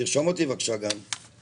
תרשום אותי, בבקשה, גם.